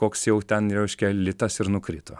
koks jau ten reiškia litas ir nukrito